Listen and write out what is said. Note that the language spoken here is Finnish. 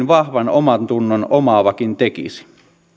vahvan omantunnon omaavakin tekisi